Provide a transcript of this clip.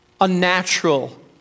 Unnatural